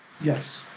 Yes